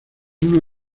uno